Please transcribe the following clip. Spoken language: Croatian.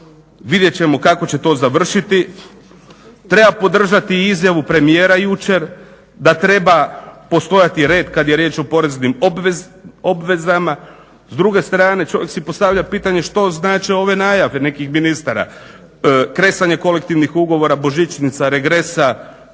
vidjet ćemo kako će to završiti. Treba podržati izjavu premijera jučer da treba postojati red kad je riječ o poreznim obvezama, s druge strane čovjek si postavlja pitanje što znače ove najave nekih ministara, kresanje kolektivnih ugovora, božićnica, regresa,